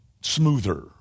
smoother